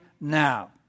now